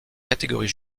catégorie